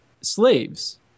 slaves